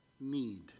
need